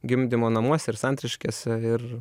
gimdymo namuose ir santariškėse ir